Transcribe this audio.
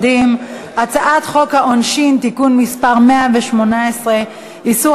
את הצעת חוק העונשין (תיקון מס' 118) (איסור